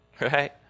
right